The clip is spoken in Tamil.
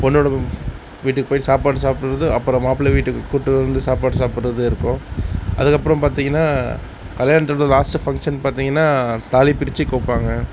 பொண்ணோடய வீட்டுக்கு போய் சாப்பாடு சாப்டறது அப்புறம் மாப்பிள்ளை வீட்டுக்கு கூட்டி வந்து சாப்பாடு சாப்பிட்றது இருக்கும் அதுக்கப்புறம் பார்த்தீங்கன்னா கல்யாணத்தில் லாஸ்ட்டு ஃபங்க்ஷன் பார்த்தீங்கன்னா தாலி பிரிச்சு கோப்பாங்க